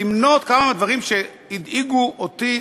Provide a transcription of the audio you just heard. למנות כמה מהדברים שהדאיגו אותי,